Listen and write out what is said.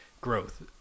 growth